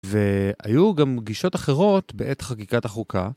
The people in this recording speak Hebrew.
והיו גם גישות אחרות בעת חקיקת החוקה.